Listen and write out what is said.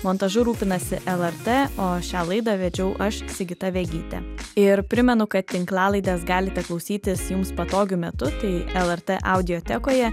montažu rūpinasi lrt o šią laidą vedžiau aš sigita vegytė ir primenu kad tinklalaidės galite klausytis jums patogiu metu tai lrt audiotekoje